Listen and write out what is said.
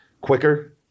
quicker